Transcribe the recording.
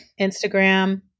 Instagram